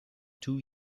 two